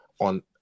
on